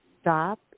stop